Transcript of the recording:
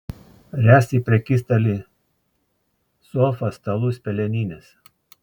ręs į prekystalį sofą stalus pelenines